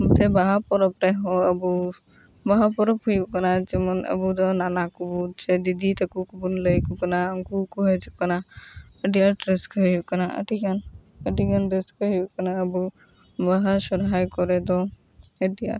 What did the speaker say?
ᱚᱱᱛᱮ ᱵᱟᱦᱟ ᱯᱚᱨᱚᱵᱽ ᱨᱮᱦᱚᱸ ᱟᱵᱚ ᱵᱟᱦᱟ ᱯᱚᱨᱚᱵᱽ ᱦᱩᱭᱩᱜ ᱠᱟᱱᱟ ᱡᱮᱢᱚᱱ ᱟᱵᱚ ᱫᱚ ᱱᱟᱱᱟ ᱠᱚ ᱥᱮ ᱫᱤᱫᱤ ᱛᱟᱠᱚ ᱠᱚᱵᱚᱱ ᱞᱟᱹᱭᱟᱠᱚ ᱠᱟᱱᱟ ᱩᱱᱠᱩ ᱦᱚᱸᱠᱚ ᱦᱤᱡᱩᱜ ᱠᱟᱱᱟ ᱟᱹᱰᱤ ᱟᱸᱴ ᱨᱟᱹᱥᱠᱟᱹ ᱦᱩᱭᱩᱜ ᱠᱟᱱᱟ ᱟᱹᱰᱤ ᱜᱟᱱ ᱟᱹᱰᱤ ᱜᱟᱱ ᱨᱟᱹᱥᱠᱟᱹ ᱦᱩᱭᱩᱜ ᱠᱟᱱᱟ ᱟᱵᱚ ᱵᱟᱦᱟ ᱥᱚᱦᱨᱟᱭ ᱠᱚᱨᱮ ᱫᱚ ᱟᱹᱰᱤ ᱟᱸᱴ